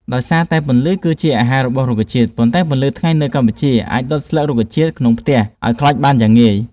ដោយសារតែពន្លឺគឺជា អាហារ របស់រុក្ខជាតិ ប៉ុន្តែពន្លឺថ្ងៃនៅកម្ពុជាអាច ដុត ស្លឹករុក្ខជាតិក្នុងផ្ទះឱ្យខ្លោចបានយ៉ាងងាយ។